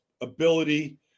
ability